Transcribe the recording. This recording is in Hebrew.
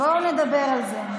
בואו נדבר על זה.